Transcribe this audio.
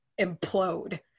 implode